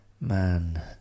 Man